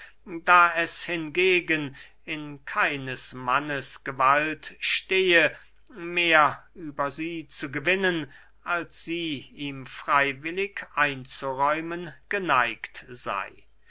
da es hingegen in keines mannes gewalt stehe mehr über sie zu gewinnen als sie ihm freywillig einzuräumen geneigt sey